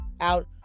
Out